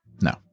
No